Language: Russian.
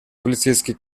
полицейские